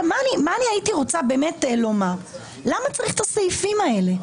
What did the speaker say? למה צריך את הסעיפים האלה?